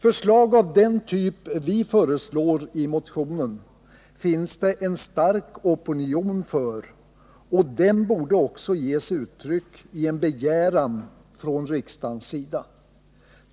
Förslag av den typ som vi föreslår i motionen finns det en stark opinion för, och den borde också ges uttryck i en begäran från riksdagen.